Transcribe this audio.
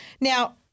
Now